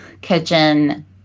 kitchen